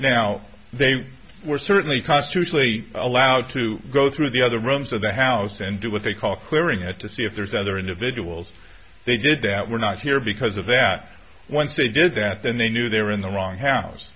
now they were certainly constitutionally allowed to go through the other rooms of the house and do what they call clearing it to see if there's other individuals they did that were not here because of that once they did that then they knew they were in the wrong house